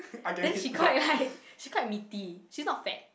then she quite like she quite meaty she's not fat